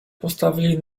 postawili